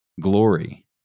glory